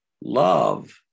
Love